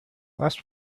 last